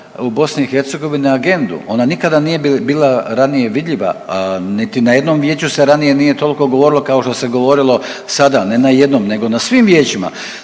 u BiH u agendu. Ona nije bila ranije vidljiva, niti na jednom vijeću se ranije nije toliko govorilo kao što se govorilo sad, ne na jednom nego na svim vijećima.